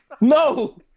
No